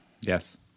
Yes